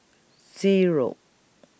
Zero